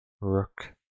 Rook